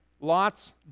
Lot's